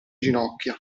ginocchia